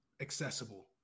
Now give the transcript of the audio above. accessible